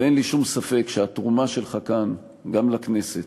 ואין לי שום ספק שהתרומה שלך כאן, גם לכנסת